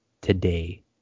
Today